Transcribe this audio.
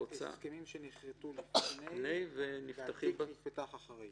הסכמים שנכרתו לפני והתיק ייפתח אחרי.